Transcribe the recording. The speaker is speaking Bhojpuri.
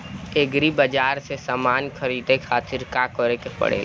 एग्री बाज़ार से समान ख़रीदे खातिर का करे के पड़ेला?